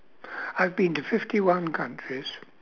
I've been to fifty one countries